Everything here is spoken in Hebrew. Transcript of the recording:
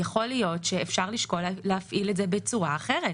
יכול להיות שאפשר לשקול להפעיל את זה בצורה אחרת.